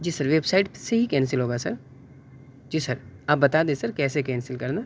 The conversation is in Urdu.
جی سر ویبسائٹ سے ہی کینسل ہوگا سر جی سر آپ بتا دیں سر کیسے کینسل کرنا